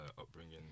upbringing